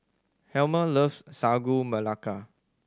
Helmer loves Sagu Melaka